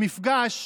במפגש